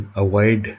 avoid